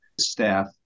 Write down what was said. staff